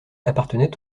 appartenait